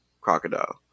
crocodile